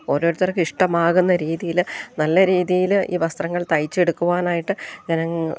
ഓരോരുത്തർക്കിഷ്ടമാകുന്ന രീതിയിൽ നല്ല രീതിയിൽ ഈ വസ്ത്രങ്ങൾ തയ്ച്ചെടുക്കുവാനായിട്ട് ഞാൻ